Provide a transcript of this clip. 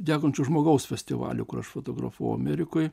degančio žmogaus festivalių kur aš fotografavau amerikoje